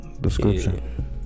Description